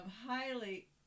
highly